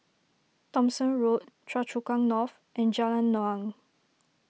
Thomson Road Choa Chu Kang North and Jalan Naung